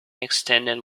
extended